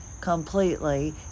completely